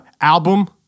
album